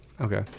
Okay